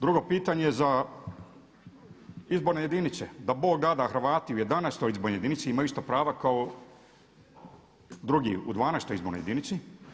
Drugo pitanje je za izborne jedinice da Bog da da Hrvati u 11. izbornoj jedinici imaju ista prava kao drugi u 12.-oj izbornoj jedinici.